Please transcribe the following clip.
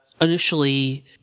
initially